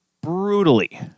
brutally